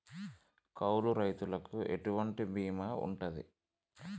కౌలు రైతులకు ఎటువంటి బీమా ఉంటది?